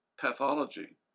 pathology